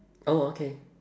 oh okay